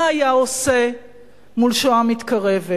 מה היה עושה מול שואה מתקרבת.